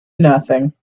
nothing